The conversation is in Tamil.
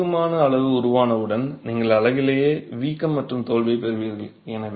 அவை போதுமான அளவு உருவானவுடன் நீங்கள் அலகுயிலேயே வீக்கம் மற்றும் தோல்வியைப் பெறுவீர்கள்